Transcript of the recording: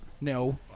no